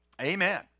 Amen